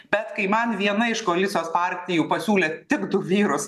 bet kai man viena iš koalicijos partijų pasiūlė tik du vyrus